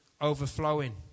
overflowing